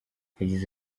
yagize